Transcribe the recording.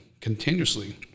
continuously